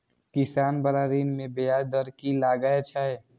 किसान बाला ऋण में ब्याज दर कि लागै छै?